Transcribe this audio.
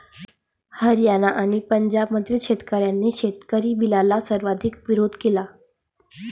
हरियाणा आणि पंजाबमधील शेतकऱ्यांनी शेतकरी बिलला सर्वाधिक विरोध केला